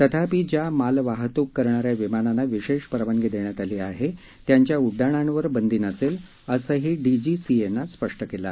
तथापि ज्या मालवाहातूक करणाऱ्या विमानांना विशेष परवानगी देण्यात आली आहे त्यांच्या उड्डाणांवर बंदी नसेल असही डीजीसीए नं स्पष्ट केलं आहे